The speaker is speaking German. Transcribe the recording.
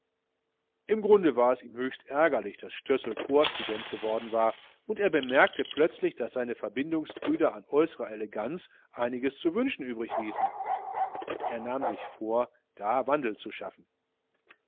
im grunde war es ihm höchst ärgerlich daß stössel corpsstudent geworden war und er bemerkte plötzlich daß seine verbindungsbrüder an äußerer eleganz einiges zu wünschen übrig ließen er nahm sich vor da wandel zu schaffen